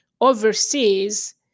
overseas